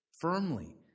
firmly